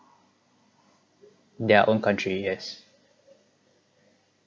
their own country yes